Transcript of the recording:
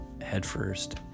headfirst